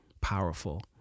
powerful